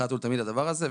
אחת ולתמיד הדבר הזה.